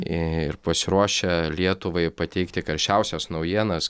ir pasiruošę lietuvai pateikti karščiausias naujienas